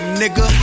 nigga